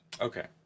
Okay